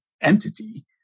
entity